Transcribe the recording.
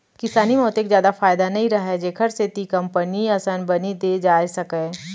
किसानी म ओतेक जादा फायदा नइ रहय जेखर सेती कंपनी असन बनी दे जाए सकय